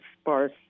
sparse